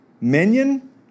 Minion